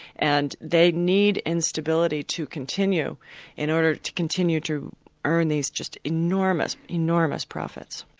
and they need instability to continue in order to continue to earn these just enormous, enormous profits.